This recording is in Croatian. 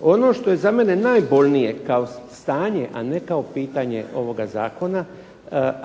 Ono što je za mene najbolnije kao stanje, a ne kao pitanje ovoga zakona,